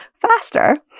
faster